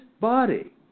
body